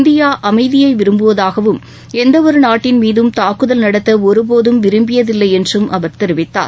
India அமைதியை விரும்புவதாகவும் எந்த ஒரு நாட்டின் மீதும் தாக்குதல் நடத்த ஒருபோதும் விரும்பியதில்லை என்றும் அவர் தெரிவித்தார்